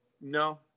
no